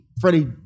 Freddie